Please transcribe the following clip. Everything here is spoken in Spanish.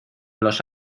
los